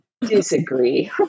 disagree